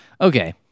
Okay